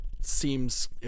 seems